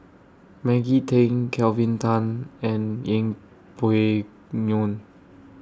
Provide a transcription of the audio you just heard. Maggie Teng Kelvin Tan and Yeng Pway Ngon